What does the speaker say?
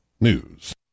News